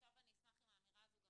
עכשיו אני אשמח אם האמירה הזו גם